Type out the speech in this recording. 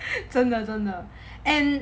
真的真的 and